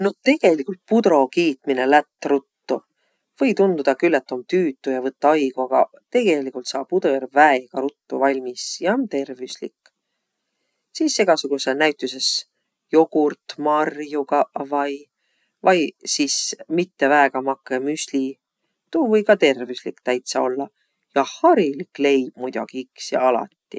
Noq tegeligult pudro kiitmine lätt ruttu. Või tundudaq külq, et om tüütu ja võtt aigo, agaq tegeligult saa pudõr väega ruttu valmis ja om tervüslik. Sis egäsugudsõq näütüses jogurt marjogaq vai vai sis mitte väega makõ müsli. Tuu või ka tervüslik täitsa ollaq. Ja harilik leib muidoki iks ja alati.